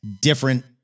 different